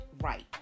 Right